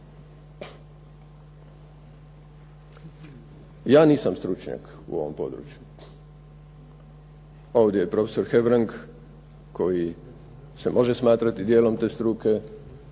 Ja nisam stručnjak u ovom području, ovdje je profesor Hebrang koji se može smatrati dijelom te struke,